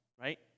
right